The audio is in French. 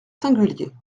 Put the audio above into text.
singulier